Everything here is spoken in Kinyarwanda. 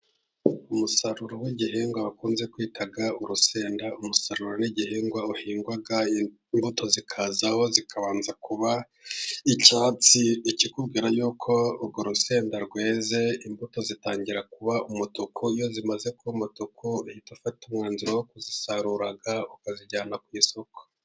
Umusaruro w'igihingwa wakunze kwita urusenda, umusaruro n'igihingwa uhingwa imbuto zikazaho zikabanza kuba icyatsi, ikikubwira yuko urwo rusenda rweze imbuto zitangira kuba umutuku, iyo zimaze kuba umutuku ahita afata umwanzuro wo kuzisarurag ukazijyana ku isoko.